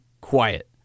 quiet